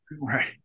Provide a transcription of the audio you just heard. Right